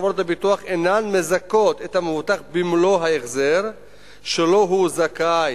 חברות הביטוח אינן מזכות את המבוטח במלוא ההחזר שלו הוא זכאי